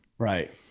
Right